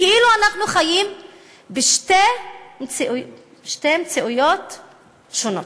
כאילו אנחנו חיים בשתי מציאויות שונות.